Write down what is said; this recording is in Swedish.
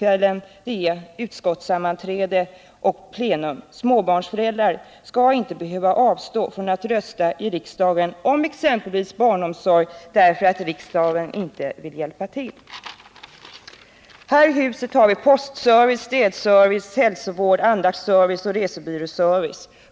då det är utskottssammanträde eller plenum. Småbarnsföräldrar skall inte behöva avstå från att rösta i riksdagen, exempelvis om barnomsorg, därför att riksdagen inte vill hjälpa till att lösa deras egna problem. Här i riksdagen har vi postservice, städservice, hälsovård, andaktsservice och resebyråservice.